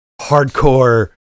hardcore